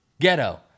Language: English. ghetto